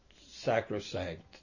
sacrosanct